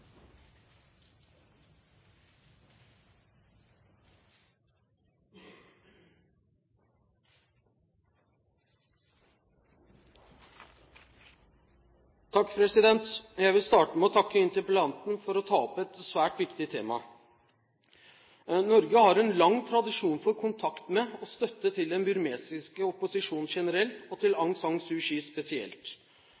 Jeg vil starte med å takke interpellanten for å ta opp et svært viktig tema. Norge har en lang tradisjon for kontakt med, og støtte til, den burmesiske opposisjonen generelt og til